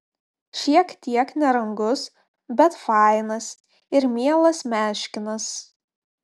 šiek tiek nerangus bet fainas ir mielas meškinas